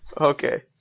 Okay